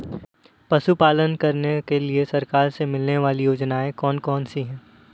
पशु पालन करने के लिए सरकार से मिलने वाली योजनाएँ कौन कौन सी हैं?